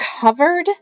covered